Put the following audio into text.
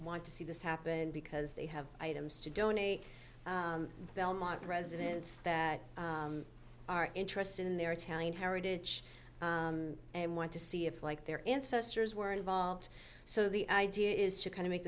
want to see this happen because they have items to donate belmont residents that are interested in their italian heritage and want to see if like their ancestors were involved so the idea is to kind of make